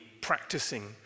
practicing